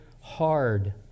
hard